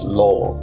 law